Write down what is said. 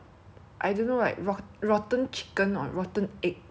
and like we were like so grossed out it's like rotten like that then